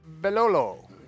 Belolo